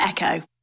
Echo